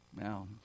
Now